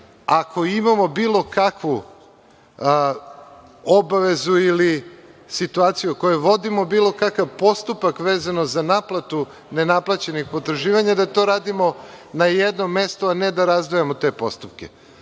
ako imamo bilo kakvu obavezu ili situaciju o kojoj vodimo bilo kakav postupak vezano za naplatu nenaplaćenih potraživanja, da to radimo na jednom mestu, a ne da razdvajamo te postupke.